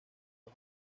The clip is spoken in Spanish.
dos